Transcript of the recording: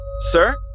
Sir